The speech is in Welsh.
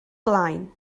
blaen